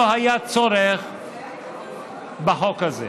לא היה צורך בחוק הזה,